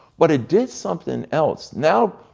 but it did something else. now,